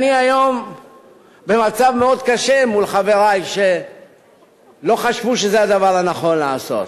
אני היום במצב מאוד קשה מול חברי שלא חשבו שזה הדבר הנכון לעשות.